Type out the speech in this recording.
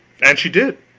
and she did.